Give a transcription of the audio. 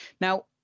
Now